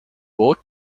boat